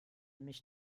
mich